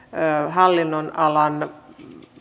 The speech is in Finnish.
hallinnonalan